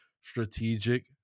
strategic